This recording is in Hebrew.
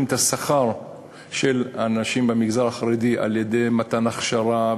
את השכר של הנשים במגזר החרדי על-ידי מתן הכשרה,